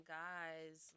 guys